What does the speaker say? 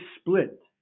split